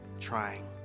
trying